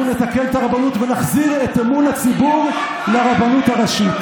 אנחנו נתקן את הרבנות ונחזיר את אמון הציבור לרבנות הראשית.